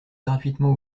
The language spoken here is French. gratuitement